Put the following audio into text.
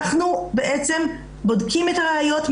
אנחנו בעצם בודקים את הראיות,